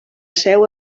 seu